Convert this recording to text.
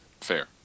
Fair